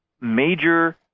major